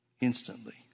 instantly